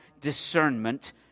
discernment